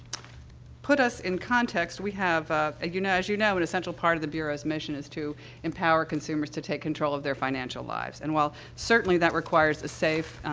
put us in context, we have, ah you know as you know, an but essential part of the bureau's mission is to empower consumers to take control of their financial lives, and while, certainly, that requires a safe,